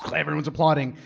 so everyone's applauding.